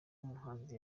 umuhanzi